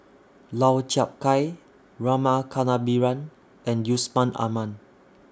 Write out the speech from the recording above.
Lau Chiap Khai Rama Kannabiran and Yusman Aman